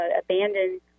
abandoned